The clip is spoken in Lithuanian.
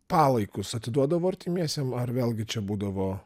palaikus atiduodavo artimiesiem ar vėlgi čia būdavo